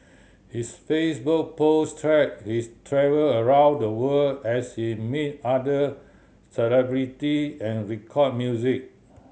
his Facebook post track his travel around the world as he meet other celebrity and record music